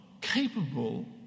capable